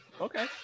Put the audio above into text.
Okay